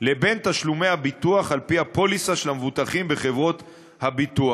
לבין תשלומי הביטוח על-פי הפוליסה של המבוטחים בחברות הביטוח.